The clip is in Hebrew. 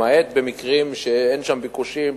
למעט במקרים שאין שם ביקושים,